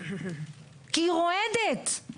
כי היא רועדת?